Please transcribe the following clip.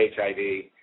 HIV